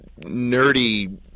nerdy